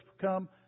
come